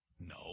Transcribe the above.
No